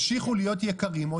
ספקי התוכן ימשיכו להיות יקרים או